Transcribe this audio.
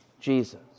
Jesus